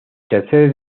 tercer